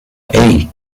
hey